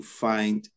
find